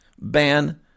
ban